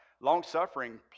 long-suffering